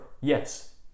yes